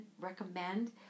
recommend